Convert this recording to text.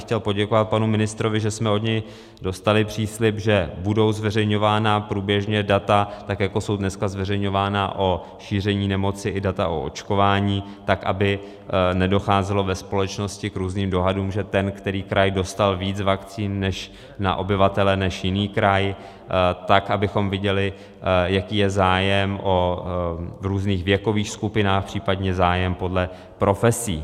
Chtěl bych poděkovat panu ministrovi, že jsme od něj dostali příslib, že budou zveřejňována průběžně data, tak jako jsou dneska zveřejňována o šíření nemoci, i data o očkování, tak aby nedocházelo ve společnosti k různým dohadům, že ten který kraj dostal víc vakcín na obyvatele než jiný kraj, tak abychom viděli, jaký je zájem v různých věkových skupinách, případně zájem podle profesí.